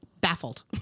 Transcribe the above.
baffled